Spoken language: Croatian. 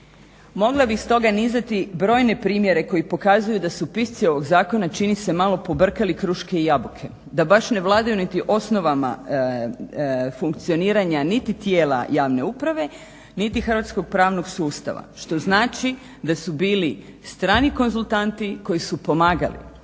Mogla bih iz toga nizati brojne primjere koji pokazuju da su pisci ovoga zakona čini se malo pobrkali kruške i jabuke da baš ne vladaju niti osnovama funkcioniranja niti tijela javne uprave niti hrvatskog pravnog sustava što znači da su bili strani konzultanti koji su pomagali.